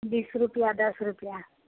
बीस रुपैआ दस रुपैआ